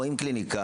רואים קליניקה,